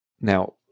Now